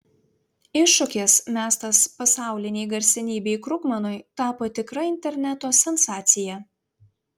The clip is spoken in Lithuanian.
iššūkis mestas pasaulinei garsenybei krugmanui tapo tikra interneto sensacija